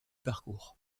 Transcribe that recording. parcours